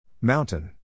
Mountain